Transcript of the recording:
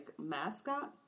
mascot